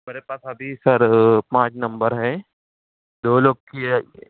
میرے پاس ابھی سر پانچ نمبر ہیں دو لوگ کئے